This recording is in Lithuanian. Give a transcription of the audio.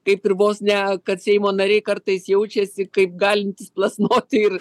kaip ir vos ne kad seimo nariai kartais jaučiasi kaip galintys plasnoti ir